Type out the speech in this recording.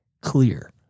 clear